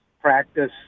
practice